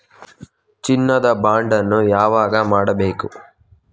ಚಿನ್ನ ದ ಬಾಂಡ್ ಅನ್ನು ಯಾವಾಗ ಮಾಡಬೇಕು?